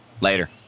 Later